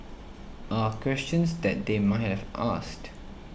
are questions that they might have asked